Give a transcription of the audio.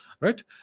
right